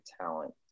talent